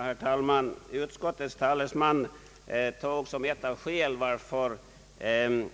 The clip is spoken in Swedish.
Herr talman! Utskottets talesman förklarade att ett av skälen till att